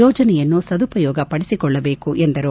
ಯೋಜನೆಯನ್ನು ಸದುಪಯೋಗಪಡಿಸಿಕೊಳ್ಳಬೇಕು ಎಂದರು